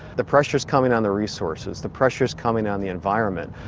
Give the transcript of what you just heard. the pressure is coming on the resources, the pressure is coming on the environment.